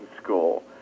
school